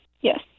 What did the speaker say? Yes